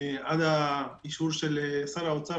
עד האישור של שר האוצר,